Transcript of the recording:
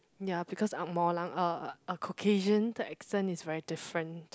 ya because Ang-Moh-Lang uh a Caucasian accent is very different